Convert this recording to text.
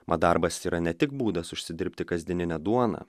mat darbas yra ne tik būdas užsidirbti kasdieninę duoną